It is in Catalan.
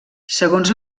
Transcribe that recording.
segons